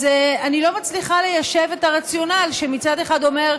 אז אני לא מצליחה ליישב את הרציונל שמצד אחד אומר: